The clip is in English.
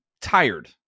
tired